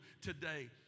today